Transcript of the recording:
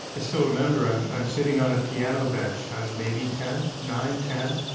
i still remember. i'm i'm sitting on a piano bench. i'm maybe ten, nine ten,